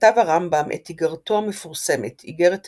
כתב הרמב"ם את איגרתו המפורסמת איגרת תימן,